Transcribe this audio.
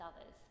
others